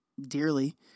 dearly